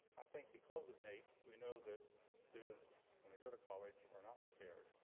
i think because of naep we know that students, when they go to college, are not prepared.